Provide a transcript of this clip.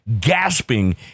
gasping